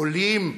עולים.